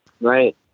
Right